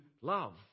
love